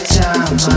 time